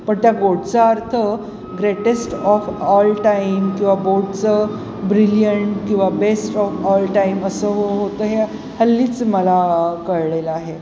पण त्या गोटचा अर्थ ग्रेटेस्ट ऑफ ऑल टाईम किंवा बोटचं ब्रिलियंट किंवा बेस्ट ऑफ ऑल टाईम असं होतं हे हल्लीच मला कळलेलं आहे